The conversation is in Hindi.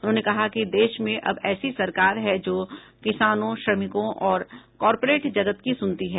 उन्होंने कहा कि देश में अब ऐसी सरकार है जो किसानों श्रमिकों और कॉरपोरेट जगत की सुनती है